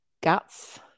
guts